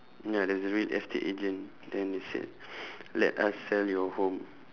ya there's a real estate agent then it said let us sell your home